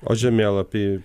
o žemėlapy